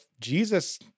Jesus